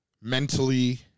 Mentally